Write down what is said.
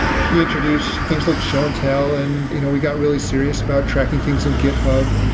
he introduced things like show and tell and you know we got really serious about tracking things in github.